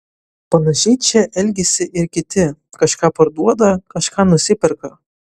panašiai čia elgiasi ir kiti kažką parduoda kažką nusiperka